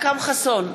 אכרם חסון,